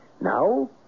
Now